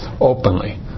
openly